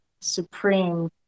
supreme